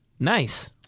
Nice